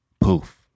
Poof